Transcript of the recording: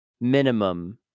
Minimum